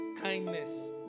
Kindness